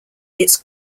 its